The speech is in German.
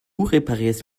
reparierst